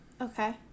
Okay